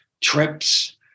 trips